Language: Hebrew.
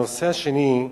הנושא השני,